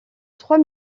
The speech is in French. trois